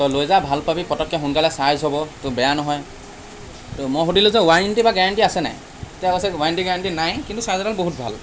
লৈ যা ভাল পাবি পতককে সোনকালে চাৰ্জ হ'ব ত' বেয়া নহয় ত' মই সুধিলোঁ যে ৱাৰেণ্টি বা গেৰাণ্টি আছে নাই তেতিয়া কৈছে ৱাৰেণ্টি গেৰাণ্টি নাই কিন্তু চাৰ্জাৰডাল বহুত ভাল